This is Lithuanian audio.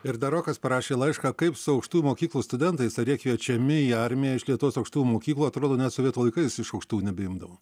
ir dar rokas parašė laišką kaip su aukštų mokyklų studentais ar jie kviečiami į armiją iš lietuvos aukštųjų mokyklų atrodo net sovietų laikais iš aukštų nebeimdavo